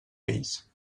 fills